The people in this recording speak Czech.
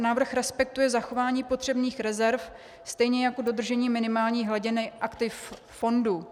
Návrh respektuje zachování potřebných rezerv stejně jako dodržení minimální hladiny aktiv fondu.